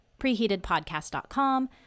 preheatedpodcast.com